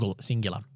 Singular